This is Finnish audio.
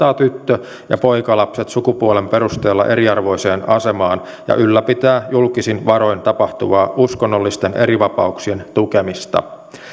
sekä asettaa tyttö ja poikalapset sukupuolen perusteella eriarvoiseen asemaan ja ylläpitää julkisin varoin tapahtuvaa uskonnollisten erivapauksien tukemista